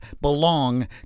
belong